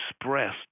expressed